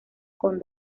con